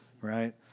Right